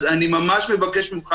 אז אני ממש מבקש ממך,